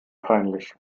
peinlich